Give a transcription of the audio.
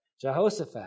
Jehoshaphat